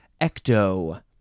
ecto